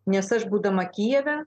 nes aš būdama kijeve